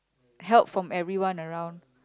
help from everyone around